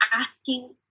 asking